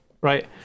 Right